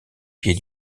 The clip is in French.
pied